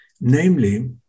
namely